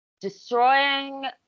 destroying